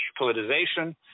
politicization